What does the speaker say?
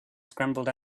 scrambled